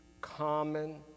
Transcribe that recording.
common